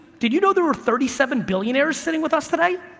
did you know there are thirty seven billionaires sitting with us today?